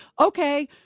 okay